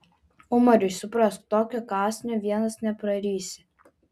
umarai suprask tokio kąsnio vienas neprarysi